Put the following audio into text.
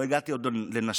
ועוד לא הגעתי לנשים.